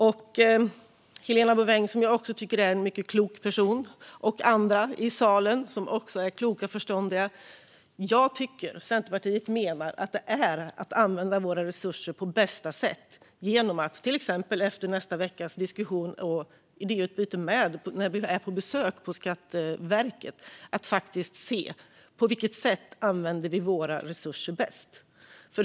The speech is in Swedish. Jag vänder mig nu till Helena Bouveng, som jag också tycker är en mycket klok person, och andra i salen som också är kloka och förståndiga: Jag och Centerpartiet menar att det är att använda våra resurser på bästa sätt att, till exempel efter nästa veckas diskussion och idéutbyte med Skatteverket under vårt besök där, faktiskt se på hur vi använder våra resurser bäst.